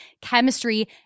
chemistry